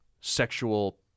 sexual